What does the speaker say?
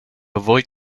avoid